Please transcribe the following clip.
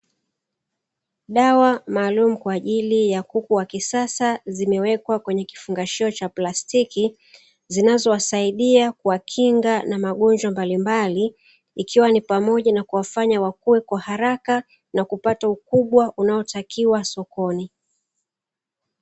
Dawa maalumu kwaajili ya kuku wa kisas imewekwa kwenye chombo cha plastiki zinazowasaidia kuwakinga na magonjwa mbalimbali ikiwa ni pamoja na kuwafanya wawe na ukubwa unaotakiwa sokoni